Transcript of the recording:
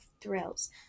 thrills